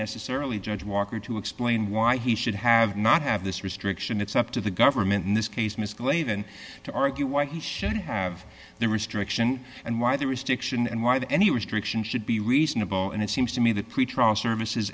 necessarily judge walker to explain why he should have not have this restriction it's up to the government in this case ms glavan to argue why he should have the restriction and why the restriction and why the any restriction should be reasonable and it seems to me that pretrial services